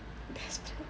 desperate